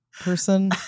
person